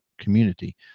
community